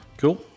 Cool